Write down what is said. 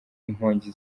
inkongi